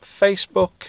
Facebook